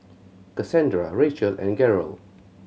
Casandra Rachel and Garold